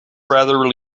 rather